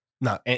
no